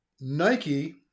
Nike